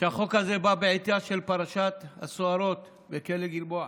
שהחוק הזה בא בעטייה של פרשת הסוהרות בכלא גלבוע,